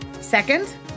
Second